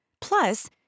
Plus